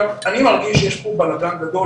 אני מרגיש שיש פה בלגן גדול,